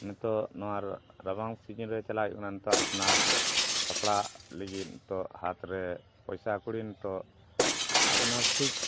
ᱱᱤᱛᱚᱜ ᱱᱚᱣᱟ ᱨᱟᱵᱟᱝ ᱥᱤᱡᱤᱱ ᱨᱮ ᱪᱟᱞᱟᱜ ᱦᱩᱭᱩᱜ ᱠᱟᱱᱟ ᱱᱤᱛᱚᱜ ᱟᱯᱱᱟᱨ ᱥᱟᱯᱲᱟᱜ ᱞᱟᱹᱜᱤᱫ ᱱᱤᱛᱚᱜ ᱦᱟᱛ ᱨᱮ ᱯᱚᱭᱥᱟ ᱠᱩᱲᱤ ᱱᱤᱛᱚᱜ ᱟᱯᱱᱟᱨ ᱴᱷᱤᱠ